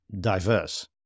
diverse